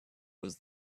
was